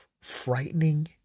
frightening